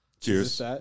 Cheers